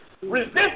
Resist